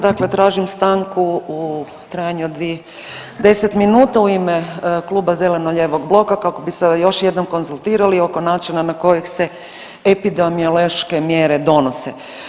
Dakle, tražim stanku u trajanju od 10 minuta u ime Kluba zeleno-lijevog bloka kako bi se još jednom konzultirali oko načina na koji se epidemiološke mjere donose.